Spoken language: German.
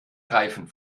reifen